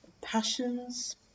Passions